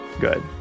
Good